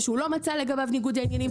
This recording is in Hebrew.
ושהוא לא מצא לגביו ניגודי עניינים.